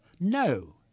No